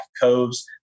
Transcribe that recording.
coves